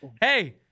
hey